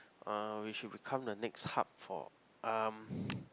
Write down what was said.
uh we should become the next hub for um